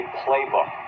playbook